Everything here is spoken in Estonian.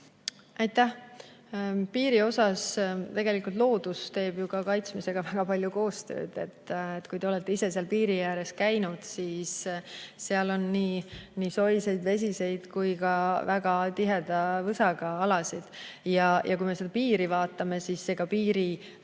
Aitäh! Piiri osas tegelikult loodus teeb kaitsmisega väga palju koostööd. Kui te olete ise seal piiri ääres käinud, siis seal on nii soiseid, vesiseid kui ka väga tiheda võsaga alasid. Kui me seda piiri vaatame, siis ega piiri